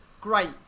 great